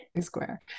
square